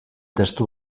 testu